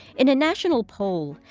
in a national poll,